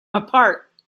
apart